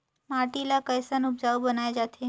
माटी ला कैसन उपजाऊ बनाय जाथे?